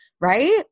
right